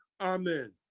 amen